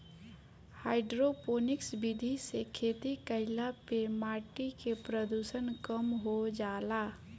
hydroponics विधि से खेती कईला पे माटी के प्रदूषण कम हो जाला